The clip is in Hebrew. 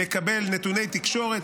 לקבל נתוני תקשורת.